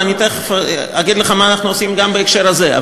ואני תכף אגיד לך מה אנחנו עושים גם בהקשר הזה.